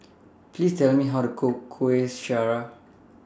Please Tell Me How to Cook Kuih Syara